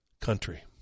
country